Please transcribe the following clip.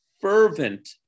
fervent